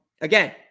Again